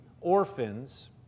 orphans